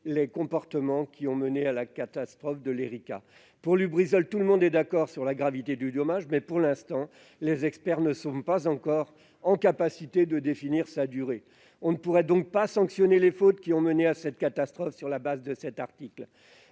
les comportements qui ont mené à la catastrophe de l'. Pour Lubrizol, tout le monde est d'accord sur la gravité du dommage, mais, pour l'instant, les experts ne sont pas encore en mesure de définir sa durée. On ne pourrait donc pas sanctionner les fautes qui ont mené à cette catastrophe sur la base de cet article.